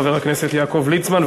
חבר הכנסת יעקב ליצמן.